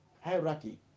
hierarchy